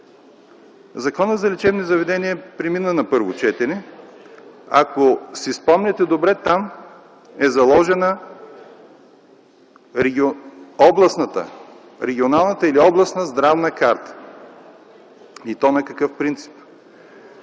Законът за лечебните заведения премина на първо четене. Ако си спомняте добре, там е заложена регионалната или областна Здравна карта – и то на какъв принцип?